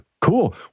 Cool